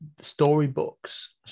storybooks